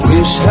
Wish